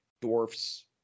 dwarfs